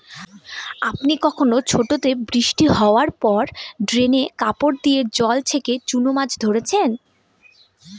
আপনি কখনও ছোটোতে বৃষ্টি হাওয়ার পর ড্রেনে কাপড় দিয়ে জল ছেঁকে চুনো মাছ ধরেছেন?